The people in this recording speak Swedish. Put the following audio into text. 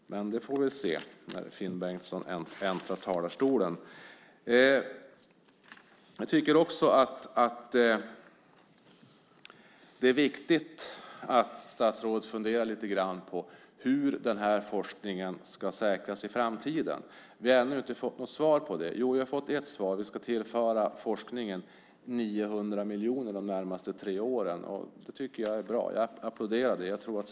Men det får vi väl se när Finn Bengtsson äntrar talarstolen. Jag tycker också att det är viktigt att statsrådet funderar lite grann på hur den här forskningen ska säkras i framtiden. Vi har ännu inte fått något svar på det. Jo, vi har fått ett svar, och det är att man ska tillföra forskningen 900 miljoner de närmaste tre åren. Jag tycker att det är bra - jag applåderar det.